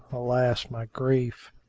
alas my grief!